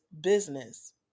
business